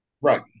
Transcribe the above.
Right